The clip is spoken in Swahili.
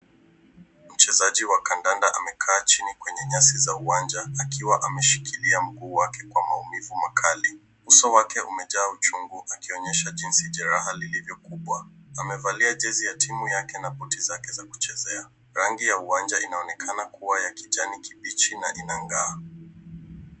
Mchezaji wa kandanda amekaa chini kwenye nyasi za uwanja akiwa ameshikilia mguu wake kwa maumivu makali. Uso wake umejaa uchungu akionyesha jinsi jeraha lilivyo kubwa. Amevalia jezi ya tiimu yake na buti zake za kuchezea. Rangi ya uwanja inaonekana kuwa ya kijani kibichi na inang'aa.